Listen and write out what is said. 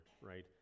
right